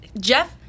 Jeff